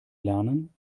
lernen